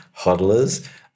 hodlers